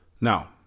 Now